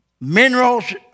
minerals